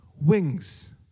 wings